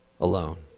alone